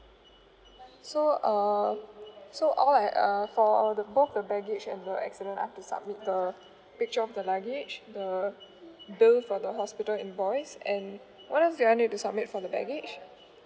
so uh so all I uh for uh both the baggage and the accident I had to submit the picture of the luggage the bill for the hospital invoice and what else do I need to submit for the baggage